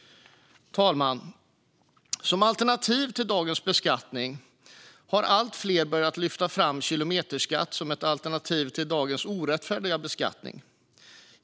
Fru talman! Allt fler har börjat lyfta fram kilometerskatt som ett alternativ till dagens orättfärdiga beskattning.